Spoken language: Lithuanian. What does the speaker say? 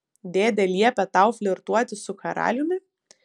dėdė liepė tau flirtuoti su karaliumi